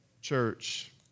Church